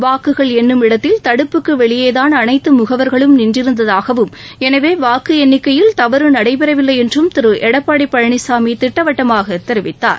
வாக்குகள் எண்ணும் இடத்தில் தடுப்புக்கு வெளியேதான் அனைத்து முகவர்களும் நின்றிருந்ததாகவும் எனவே வாக்கு எண்ணிக்கையில் தவறு நடைபெறவில்லை என்றும் திரு எடப்பாடி பழனிசாமி திட்டவட்டமாக கெரிவிக்கார்